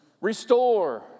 restore